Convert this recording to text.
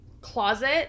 closet